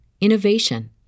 innovation